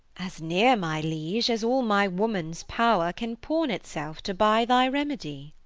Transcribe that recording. as near, my liege, as all my woman's power can pawn it self to buy thy remedy.